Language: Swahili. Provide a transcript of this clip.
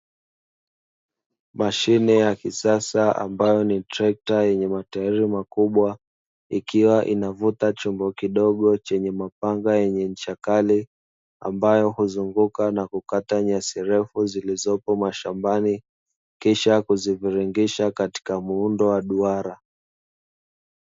Mashine ya kisasa ambayo ni trekta yenye matairi makubwa, ikiwa inavuta chombo kidogo chenye mapanga yenye ncha kali ambayo huzunguka na kukata nyasi refu zilizopo mashambani kisha kuziviringisha katika muundo wa duara.